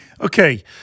Okay